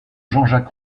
jacques